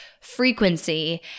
frequency